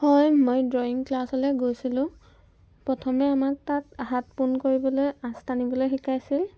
হয় মই ড্ৰয়িং ক্লাছলৈ গৈছিলোঁ প্ৰথমে আমাক তাত হাত পোন কৰিবলৈ আঁচ আনিবলৈ শিকাইছিল